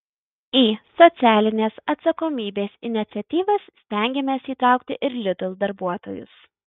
į socialinės atsakomybės iniciatyvas stengiamės įtraukti ir lidl darbuotojus